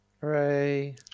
Hooray